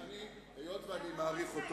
היות שאני מעריך אותו,